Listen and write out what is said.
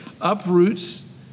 uproots